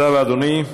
תודה רבה, אדוני.